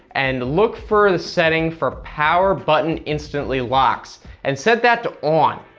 and look for the setting for power button instantly locks and set that to on.